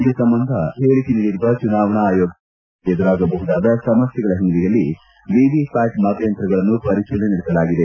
ಈ ಸಂಬಂಧ ಹೇಳಿಕೆ ನೀಡಿರುವ ಚುನಾವಣಾ ಆಯೋಗ ಮತದಾನದ ಸಮಯದಲ್ಲಿ ಎದುರಾಗಬಹುದಾದ ಸಮಸ್ಥೆಗಳ ಹಿನ್ನೆಲೆಯಲ್ಲಿ ವಿವಿಪ್ಟಾಟ್ ಮತಯಂತ್ರಗಳನ್ನು ಪರಿಶೀಲನೆ ನಡೆಸಲಾಗಿದೆ